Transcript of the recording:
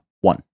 One